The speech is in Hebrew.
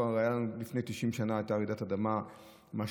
לפני 90 שנה הייתה רעידת אדמה משמעותית,